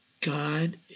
God